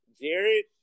Jared